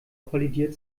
kollidiert